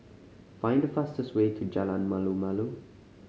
find the fastest way to Jalan Malu Malu